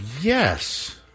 yes